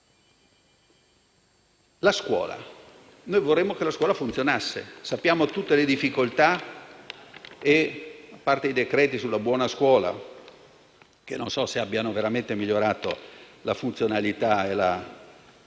la scuola, noi vorremmo che funzionasse. Conosciamo tutte le difficoltà e, a parte i decreti sulla buona scuola, che non so se abbiano veramente migliorato la funzionalità e la